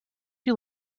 you